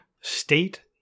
state